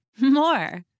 more